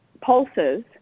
pulses